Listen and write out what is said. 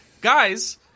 guys